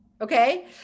okay